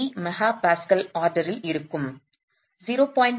3 MPa ஆர்டரில் இருக்கும் 0